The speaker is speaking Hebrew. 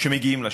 שמגיעים לשלטון?